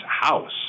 house